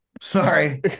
Sorry